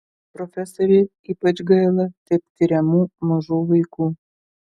profesorei ypač gaila taip tiriamų mažų vaikų